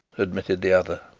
admitted the other.